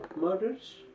murders